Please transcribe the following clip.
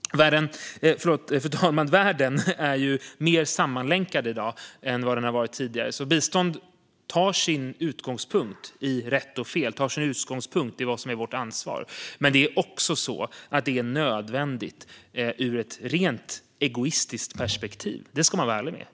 Fru talman! Världen är mer sammanlänkad i dag än tidigare, och bistånd tar sin utgångspunkt i rätt och fel och i vad som är vårt ansvar. Men biståndet är också nödvändigt ur ett rent egoistiskt perspektiv; det ska vi vara ärliga med.